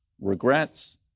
Regrets